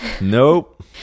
Nope